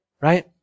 Right